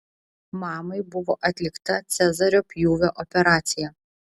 mamai buvo atlikta cezario pjūvio operacija